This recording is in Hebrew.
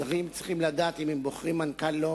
שרים צריכים לדעת שאם הם בוחרים מנכ"ל לא